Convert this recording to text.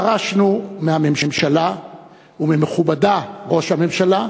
דרשנו מהממשלה וממכובדה ראש הממשלה